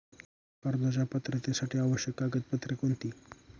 कर्जाच्या पात्रतेसाठी आवश्यक कागदपत्रे कोणती?